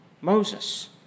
Moses